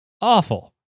awful